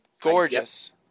gorgeous